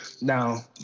now